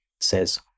says